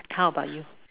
how about you